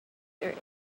there